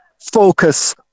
focus